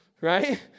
right